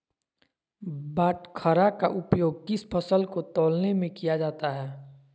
बाटखरा का उपयोग किस फसल को तौलने में किया जाता है?